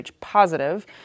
positive